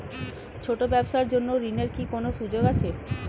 ছোট ব্যবসার জন্য ঋণ এর কি কোন সুযোগ আছে?